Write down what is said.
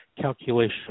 calculation